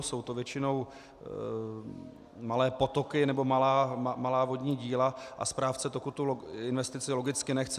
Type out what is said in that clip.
Jsou to většinou malé potoky nebo malá vodní díla a správce toku tu investici logicky nechce.